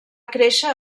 créixer